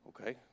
Okay